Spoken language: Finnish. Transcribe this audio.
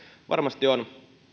varmasti on